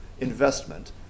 investment